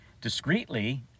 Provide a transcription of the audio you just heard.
discreetly